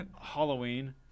halloween